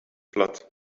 platt